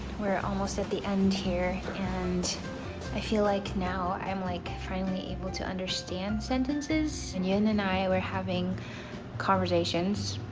we're almost at the end here, and i feel like now, i'm like finally able to understand sentences. and eun and i, we're having conversations.